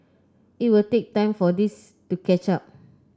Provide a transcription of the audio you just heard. it will take time for this to catch up